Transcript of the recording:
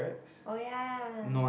oh ya